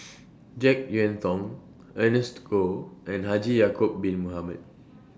Jek Yeun Thong Ernest Goh and Haji Ya'Acob Bin Mohamed